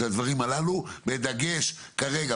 של הדברים הללו בדגש כרגע,